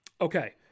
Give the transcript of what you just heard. Okay